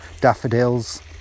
Daffodils